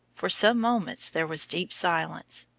for some moments there was deep silence.